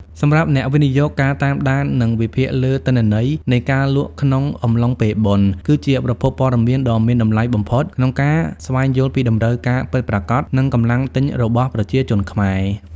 សម្រាប់អ្នកវិនិយោគ ការតាមដាន និងវិភាគលើទិន្នន័យនៃការលក់ក្នុងអំឡុងពេលបុណ្យ គឺជាប្រភពព័ត៌មានដ៏មានតម្លៃបំផុតក្នុងការស្វែងយល់ពីតម្រូវការពិតប្រាកដ និងកម្លាំងទិញរបស់ប្រជាជនខ្មែរ។